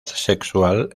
sexual